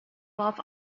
buff